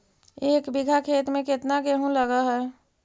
एक बिघा खेत में केतना गेहूं लग है?